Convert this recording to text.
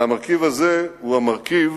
והמרכיב הזה הוא המרכיב